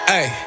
ay